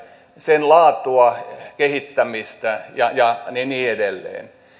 sen laatua kehittämistä ja ja niin edelleen